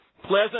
Pleasant